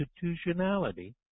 constitutionality